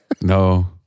No